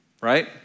right